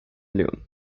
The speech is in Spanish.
león